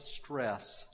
stress